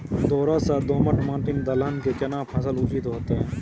दोरस या दोमट माटी में दलहन के केना फसल उचित होतै?